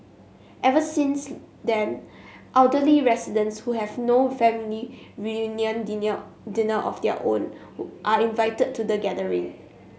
every since then elderly residents who have no family reunion dinner of their own are invited to the gathering